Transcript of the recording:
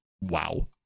wow